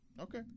Okay